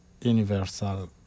universal